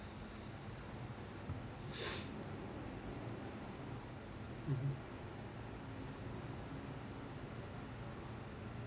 mmhmm